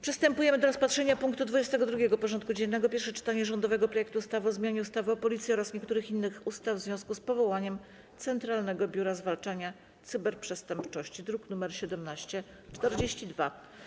Przystępujemy do rozpatrzenia punktu 22. porządku dziennego: Pierwsze czytanie rządowego projektu ustawy o zmianie ustawy o Policji oraz niektórych innych ustaw w związku z powołaniem Centralnego Biura Zwalczania Cyberprzestępczości (druk nr 1742)